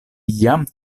jam